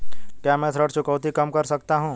क्या मैं ऋण चुकौती कम कर सकता हूँ?